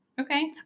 Okay